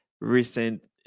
recent